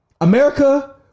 America